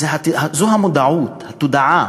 זו המודעות, התודעה.